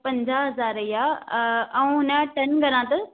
त पंजाह हज़ार इहा ऐं हुनजा टन घणा अथव